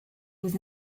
was